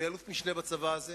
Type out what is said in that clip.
אני אלוף-משנה בצבא הזה.